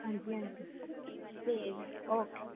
हां जी हां जी ठीक ऐ ओके